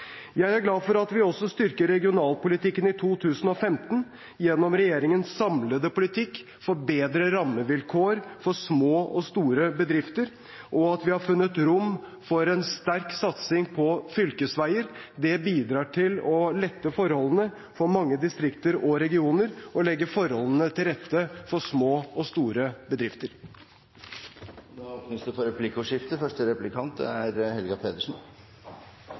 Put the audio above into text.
Jeg er glad for at vi også styrker regionalpolitikken i 2015 gjennom regjeringens samlede politikk for bedre rammevilkår for små og store bedrifter. At vi har funnet rom for en sterk satsing på fylkesveier, bidrar til å lette forholdene for mange distrikter og regioner og legger forholdene til rette for små og store bedrifter. Det blir replikkordskifte. Jeg oppfattet at kommunalministeren kom med en liten skjennepreken om fargeskalaen her. Da vil jeg vise til det